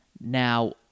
now